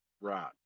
right